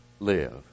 live